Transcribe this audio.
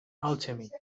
alchemy